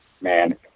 man